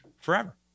forever